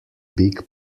big